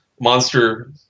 monster